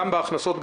גם בהכנסות,